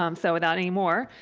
um so, without any more,